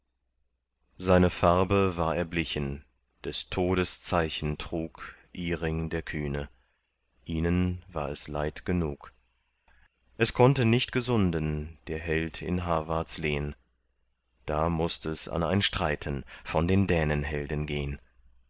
seine farbe war erblichen des todes zeichen trug iring der kühne ihnen war es leid genug es konnte nicht gesunden der held in hawarts lehn da mußt es an ein streiten von den dänenhelden gehn